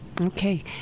Okay